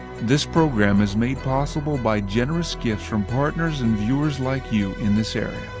this program is made possible by generous gifts from partners and viewers like you in this area.